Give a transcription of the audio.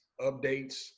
updates